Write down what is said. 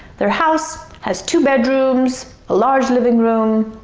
their house has two bedrooms, a large living room,